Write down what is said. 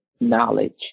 knowledge